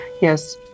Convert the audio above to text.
yes